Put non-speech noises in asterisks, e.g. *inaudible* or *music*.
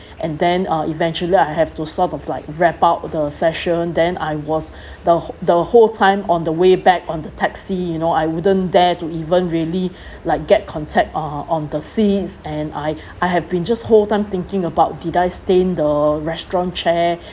and then uh eventually I have to sort of like wrap out the session then I was *breath* the wh~ the whole time on the way back on the taxi you know I wouldn't dare to even really *breath* like get contact uh on the seats and I I have been just whole time thinking about did I stain the restaurant chair